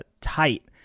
tight